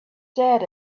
sad